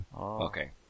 Okay